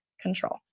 control